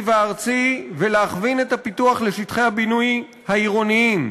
והארצי ולהכווין את הפיתוח לשטחי הבינוי העירוניים.